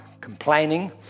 complaining